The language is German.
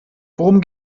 worum